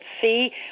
see